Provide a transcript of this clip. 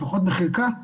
לפחות בחלקה,